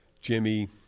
Jimmy